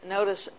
Notice